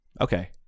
Okay